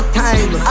time